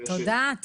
תודה.